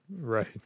Right